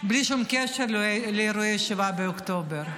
בלי שום קשר לאירועי 7 באוקטובר,